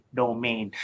domain